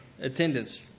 attendance